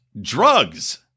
drugs